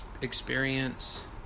experience